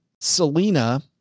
Selena